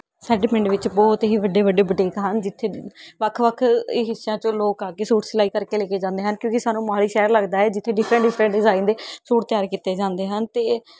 ਸਾਡੇ ਪਿੰਡ ਵਿੱਚ ਬਹੁਤ ਹੀ ਵੱਡੇ ਵੱਡੇ ਬੂਟੀਕ ਹਨ ਜਿੱਥੇ ਵੱਖ ਵੱਖ ਹਿੱਸਿਆਂ 'ਚੋਂ ਲੋਕ ਆ ਕੇ ਸੂਟ ਸਿਲਾਈ ਕਰਕੇ ਲੈ ਕੇ ਜਾਂਦੇ ਹਨ ਕਿਉਂਕਿ ਸਾਨੂੰ ਮੋਹਾਲੀ ਸ਼ਹਿਰ ਲੱਗਦਾ ਹੈ ਜਿੱਥੇ ਡਿਫਰੈਂਟ ਡਿਫਰੈਂਟ ਡਿਜ਼ਾਇਨ ਦੇ ਸੂਟ ਤਿਆਰ ਕੀਤੇ ਜਾਂਦੇ ਹਨ ਅਤੇ